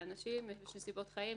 שלאנשים יש נסיבות חיים,